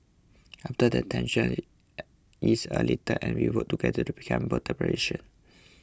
after that tensions ease a little and we work together to become